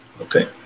Okay